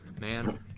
man